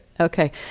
Okay